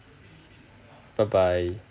bye bye